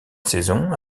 saison